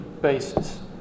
basis